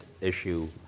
issue